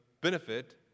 benefit